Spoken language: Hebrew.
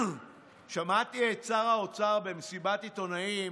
שמעתי את שר האוצר במסיבת עיתונאים